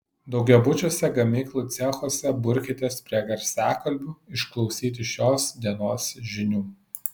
daugiabučiuose gamyklų cechuose burkitės prie garsiakalbių išklausyti šios dienos žinių